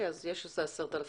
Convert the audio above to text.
יש 10,000